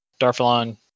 Darfalon